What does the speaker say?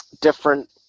different